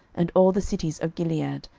and all the cities of gilead,